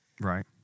Right